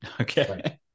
Okay